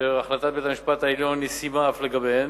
אשר החלטת בית-המשפט העליון ישימה אף לגביהם.